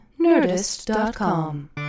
Nerdist.com